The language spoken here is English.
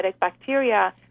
bacteria